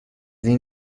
این